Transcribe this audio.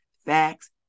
facts